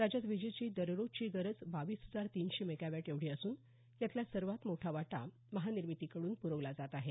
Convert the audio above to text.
राज्यात वीजेची दररोजची गरज बावीस हजार तीनशे मेगावॅट एवढी असून यातला सर्वात मोठा वाटा महानिर्मितीकडून पुरवला जात आहे